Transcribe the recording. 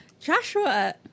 Joshua